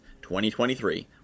2023